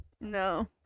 No